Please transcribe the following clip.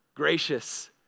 gracious